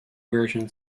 version